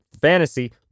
fantasy